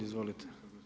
Izvolite.